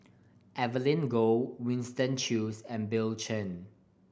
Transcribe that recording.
Evelyn Goh Winston Choos and Bill Chen